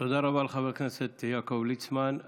תודה רבה לחבר הכנסת יעקב ליצמן.